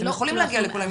אתם יכולים להגיע לכולם,